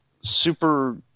Super